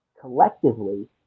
collectively